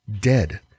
dead